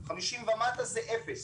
בגילאי 50 ומטה זה אפס,